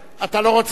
אתה לא רוצה?